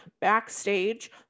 backstage